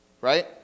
right